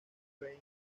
fame